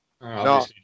No